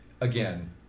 Again